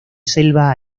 selva